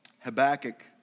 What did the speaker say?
Habakkuk